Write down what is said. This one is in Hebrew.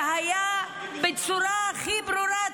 והיה צו, בצורה הכי ברורה,